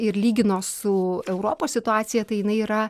ir lygino su europos situacija tai jinai yra